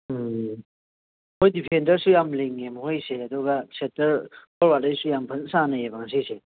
ꯃꯣꯏ ꯗꯤꯐꯦꯟꯗꯔꯁꯨ ꯌꯥꯝ ꯂꯤꯡꯉꯦ ꯃꯣꯏꯁꯦ ꯑꯗꯨꯒ ꯁꯦꯟꯇꯔ ꯐꯣꯔꯋꯥꯔꯗꯔꯁꯨ ꯌꯥꯝ ꯐꯖꯅ ꯁꯥꯟꯅꯩꯌꯦꯕ ꯉꯁꯤꯁꯦ